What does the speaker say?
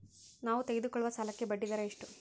ನಾವು ತೆಗೆದುಕೊಳ್ಳುವ ಸಾಲಕ್ಕೆ ಬಡ್ಡಿದರ ಎಷ್ಟು?